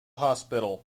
hospital